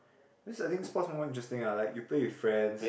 because I think sports more interesting ah like you play with friends